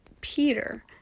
Peter